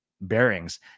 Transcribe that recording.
bearings